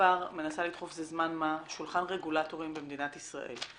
מנסה לדחוף זמן מה שולחן רגולטורים במדינת ישראל,